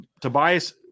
Tobias